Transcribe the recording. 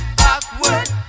backward